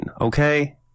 okay